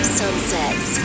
sunsets